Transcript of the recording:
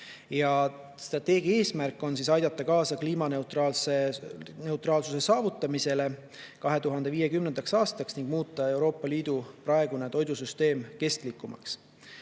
Strateegia eesmärk on aidata kaasa kliimaneutraalsuse saavutamisele 2050. aastaks ning muuta Euroopa Liidu praegune toidusüsteem kestlikumaks.